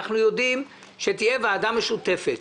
אנחנו יודעים שתהיה ועדה משותפת